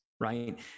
Right